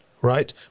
right